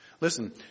Listen